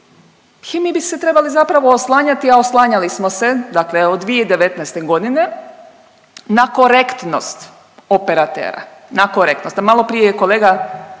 mi bi se trebali zapravo oslanjati, a oslanjali smo se dakle od 2019. godine na korektnost operatera. Na korektnost, a maloprije je kolega